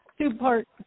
two-part